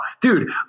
dude